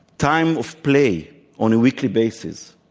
time of play on a weekly basis,